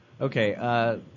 Okay